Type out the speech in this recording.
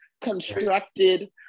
constructed